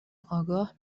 آگاه